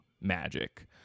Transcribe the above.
magic